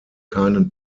keinen